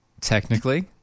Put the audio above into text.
technically